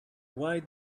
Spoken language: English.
why